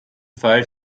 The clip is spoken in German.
fall